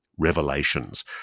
Revelations